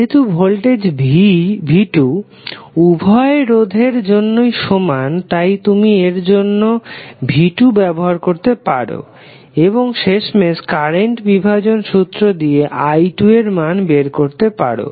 যেহেতু voltage v2 উভয় রোধের জন্যই সমান তাই তুমি এর জন্য v2 বের করতে পারো এবং শেষমেশ কারেন্ট বিভাজন সূত্র দিয়ে i2 এর মান বের করতে পারো